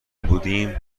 بودیم